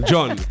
John